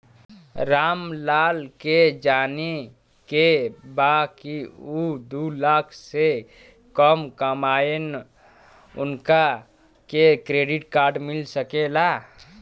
राम लाल के जाने के बा की ऊ दूलाख से कम कमायेन उनका के क्रेडिट कार्ड मिल सके ला?